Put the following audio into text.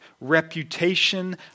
reputation